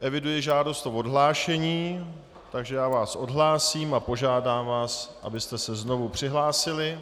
Eviduji žádost o odhlášení, takže vás odhlásím a požádám vás, abyste se znovu přihlásili.